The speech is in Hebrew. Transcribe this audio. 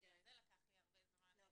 בגלל זה לקח לי הרבה זמן --- לא,